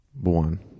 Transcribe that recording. one